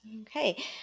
Okay